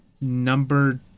number